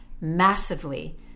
massively